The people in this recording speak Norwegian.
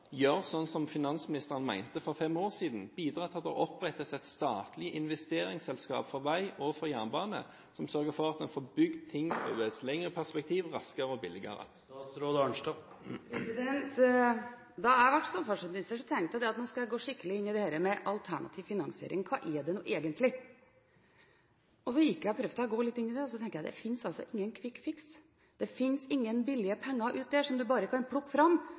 finansministeren mente for fem år siden, og bidra til at det opprettes et statlig investeringselskap for vei og jernbane som sørger for at en får bygd ting i et lengre perspektiv, raskere og billigere? Da jeg ble samferdselsminister, tenkte jeg at nå skal jeg gå skikkelig inn i dette med alternativ finansiering: Hva er det nå egentlig? Jeg prøvde å gå litt inn i det, og så tenkte jeg at det finnes ingen «quick fix»-løsning. Det finnes ingen billige penger der ute som man bare kan plukke fram,